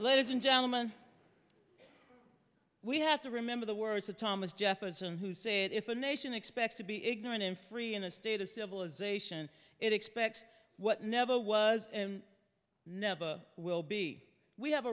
and gentlemen we have to remember the words of thomas jefferson who said if a nation expects to be ignorant and free in a state of civilization it expects what never was never will be we have